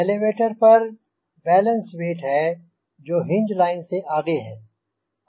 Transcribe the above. elevator पर balance weight है जो हिंज लाइन से आगे है